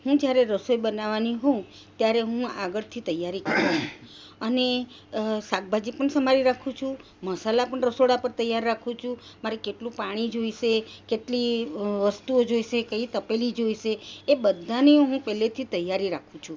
હું જ્યારે રસોઈ બનાવાની હોઉં ત્યારે હું આગળથી તૈયારી અને શાકભાજી પણ સમારી રાખું છું મસાલા પણ રસોડા પર તૈયાર રાખું છું મારી કેટલું પાણી જોઈશે કેટલી વસ્તુઓ જોઈશે કઈ તપેલી જોઈશે એ બધાની હું પહેલેથી તૈયારી રાખું છું